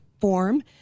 form